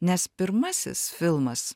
nes pirmasis filmas